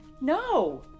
no